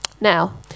Now